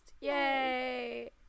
Yay